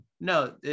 no